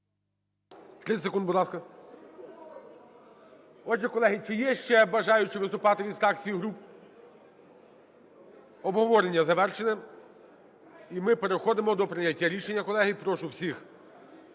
30 секунд, будь ласка. Отже, колеги, чи є ще бажаючі виступати від фракцій, груп? Обговорення завершене. І ми переходимо до прийняття рішення, колеги. Прошу всіх